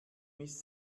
miss